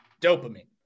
dopamine